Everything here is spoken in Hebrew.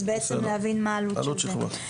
אז בעצם להבין מה עלות של זה.